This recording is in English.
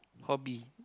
hobbit